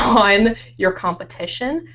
um your competition.